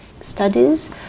studies